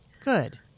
Good